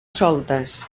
soltes